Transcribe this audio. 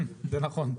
זה נכון.